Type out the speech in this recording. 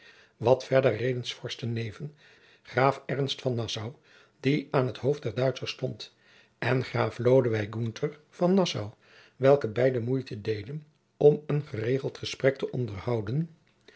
wat verder reden s vorsten neeven graaf ernst van nassau die aan t hoofd der duitschers stond en graaf lodewyk gunther van nassau welke beide moeite deden om een geregeld gesprek te onderhouden